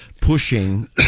pushing